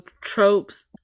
tropes